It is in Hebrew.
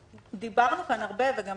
דיברנו כאן הרבה וגם